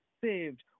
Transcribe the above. saved